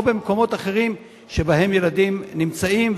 או במקומות אחרים שבהם ילדים נמצאים.